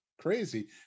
crazy